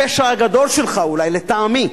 הפשע הגדול שלך, אולי, לטעמי,